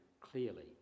clearly